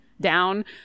down